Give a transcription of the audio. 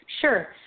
Sure